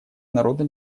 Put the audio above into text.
народно